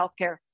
healthcare